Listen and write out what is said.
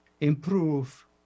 improve